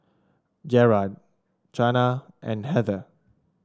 Gerard Chana and Heather